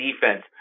defense